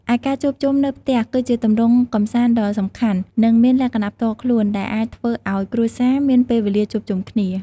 ឯការជួបជុំនៅផ្ទះ ក៏ជាទម្រង់កម្សាន្តដ៏សំខាន់ និងមានលក្ខណៈផ្ទាល់ខ្លួន ដែលអាចធ្វើអោយគ្រួសារមានពេលវេលាជួបជុំគ្នា។